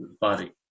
body